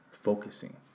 focusing